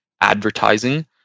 advertising